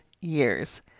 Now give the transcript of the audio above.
years